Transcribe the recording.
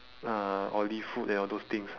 uh oily food and all those things